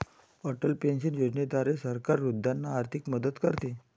Atal pension योजनेद्वारे सरकार वृद्धांना आर्थिक मदत करते